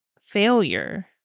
failure